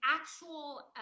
actual